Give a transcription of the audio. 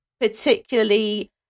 particularly